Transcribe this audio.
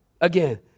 Again